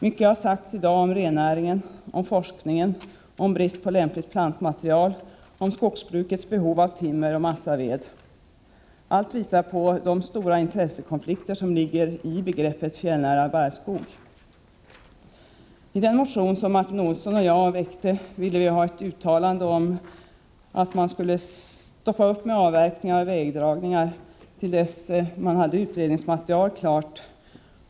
Mycket har i dag sagts om rennäringen, om forskningen, om brist på lämpligt plantmaterial och om skogsbrukets behov av timmer och massaved. Allt visar på de stora intressekonflikter som ligger i begreppet fjällnära barrskog. I den motion som väckts av Martin Olsson och mig yrkar vi på ett uttalande om ett stopp för avverkningar och vägdragningar till dess att utredningsmaterial är klart.